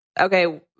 okay